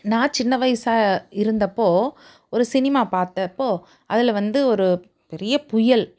நான் சின்ன வயசாக இருந்தப்போ ஒரு சினிமா பார்த்தப்போ அதில் வந்து ஒரு பெரிய புயல்